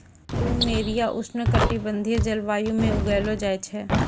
plumeria उष्ण कटिबंधीय जलवायु म उगैलो जाय छै